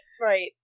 Right